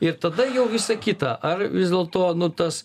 ir tada jau visa kita ar vis dėlto nu tas